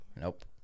Nope